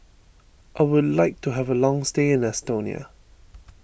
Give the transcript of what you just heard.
I would like to have a long stay in Estonia